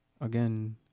again